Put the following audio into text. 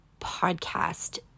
podcast